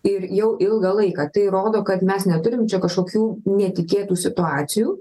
ir jau ilgą laiką tai rodo kad mes neturim čia kažkokių netikėtų situacijų